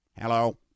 Hello